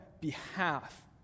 behalf